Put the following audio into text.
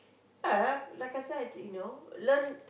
yeah like I said you know learn